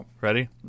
Ready